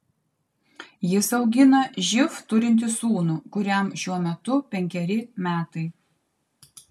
jis augina živ turintį sūnų kuriam šiuo metu penkeri metai